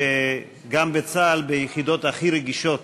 שגם בצה"ל, ביחידות הכי רגישות,